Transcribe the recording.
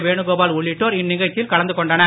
வேணுகோபால் உள்ளிட்டோர் இந்நிகழ்ச்சியில் கலந்து கொண்டனர்